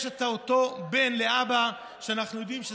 יש אותו בן לאבא שאנחנו יודעים שהוא